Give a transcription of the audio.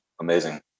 amazing